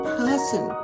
person